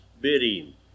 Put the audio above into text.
bidding